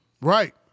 Right